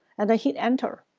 and hit enter.